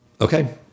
Okay